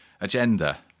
agenda